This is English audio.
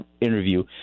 interview